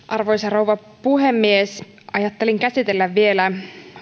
arvoisa rouva puhemies ajattelin käsitellä vielä